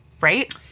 Right